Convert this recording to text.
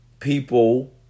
People